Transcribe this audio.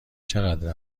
چقدر